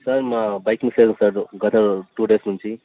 sir మా అబ్బాయి bike గత టూ డేస్ నుంచి